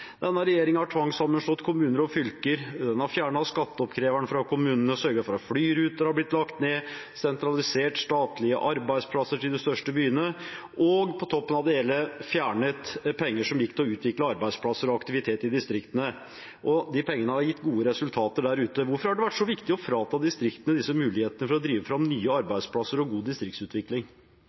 blitt lagt ned, sentralisert statlige arbeidsplasser til de største byene og på toppen av det hele fjernet penger som gikk til å utvikle arbeidsplasser og aktivitet i distriktene. De pengene har gitt gode resultater der ute. Hvorfor har det vært så viktig å frata distriktene disse mulighetene til å drive fram nye arbeidsplasser og god distriktsutvikling?